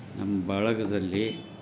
ನಮ್ಮ ಬಳಗದಲ್ಲಿ